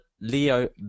Leo